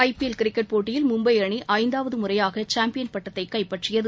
ஐ P L cricket போட்டியில் மும்பை அணி ஐந்தாவது முறையாக சாம்பியன் பட்டத்தை கைப்பற்றியது